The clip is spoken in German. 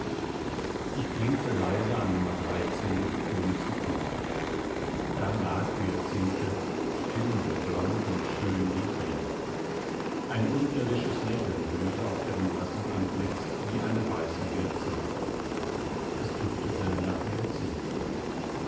ich klinkte leise an nr ohne zu klopfen da lag hyacinthe still und blond und schön wie je ein unirdisches lächeln blühte auf ihrem blassen antlitz wie eine weiße hyacinthe es duftete nach